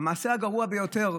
המעשה הגרוע ביותר,